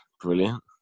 Brilliant